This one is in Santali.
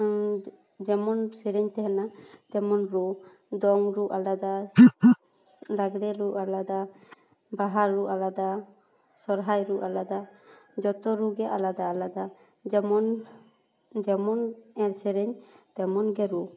ᱡᱮᱢᱚᱱ ᱥᱮᱨᱮᱧ ᱛᱟᱦᱮᱱᱟ ᱛᱮᱢᱚᱱ ᱨᱩ ᱫᱚᱝ ᱨᱩ ᱟᱞᱟᱫᱟ ᱞᱟᱜᱽᱬᱮ ᱨᱩ ᱟᱞᱟᱫᱟ ᱵᱟᱦᱟ ᱨᱩ ᱟᱞᱟᱫᱟ ᱥᱚᱦᱚᱨᱟᱭ ᱨᱩ ᱟᱞᱟᱫᱟ ᱡᱚᱛᱚ ᱨᱩᱜᱮ ᱟᱞᱟᱫᱟ ᱟᱞᱟᱫᱟ ᱡᱮᱢᱚᱱ ᱡᱮᱢᱚᱱ ᱥᱮᱨᱮᱧ ᱛᱮᱢᱚᱱᱜᱮ ᱨᱩ